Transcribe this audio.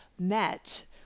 met